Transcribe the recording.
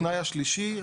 התנאי השלישי,